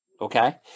okay